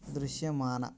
దృశ్యమాన